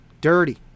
dirty